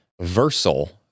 Versal